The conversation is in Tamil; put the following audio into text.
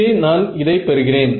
இங்கே நான் இதை பெறுகிறேன்